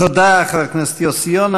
תודה, חבר הכנסת יוסי יונה.